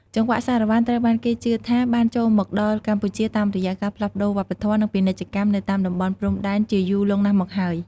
ចង្វាក់សារ៉ាវ៉ាន់ ត្រូវបានគេជឿថាបានចូលមកដល់កម្ពុជាតាមរយៈការផ្លាស់ប្ដូរវប្បធម៌ និងពាណិជ្ជកម្មនៅតាមតំបន់ព្រំដែនជាយូរលង់ណាស់មកហើយ។